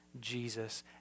Jesus